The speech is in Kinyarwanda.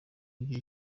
gihe